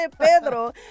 Pedro